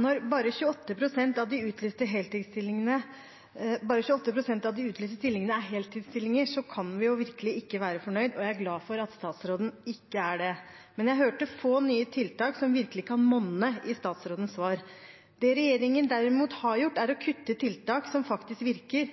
Når bare 28 pst. av de utlyste stillingene er heltidsstillinger, kan vi virkelig ikke være fornøyd, og jeg er glad for at statsråden ikke er det. Men jeg hørte få nye tiltak som virkelig kan monne, i statsrådens svar. Det regjeringen derimot har gjort, er å kutte i tiltak som faktisk virker.